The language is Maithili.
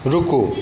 रुकू